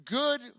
good